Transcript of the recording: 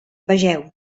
vegeu